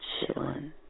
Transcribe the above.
chillin